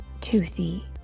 toothy